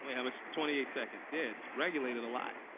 how much twenty eight seconds. yeah, it's regulated a lot.